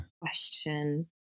question